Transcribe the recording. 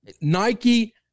Nike